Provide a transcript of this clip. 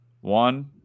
One